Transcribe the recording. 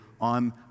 on